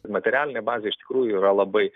materialinė bazė iš tikrųjų yra labai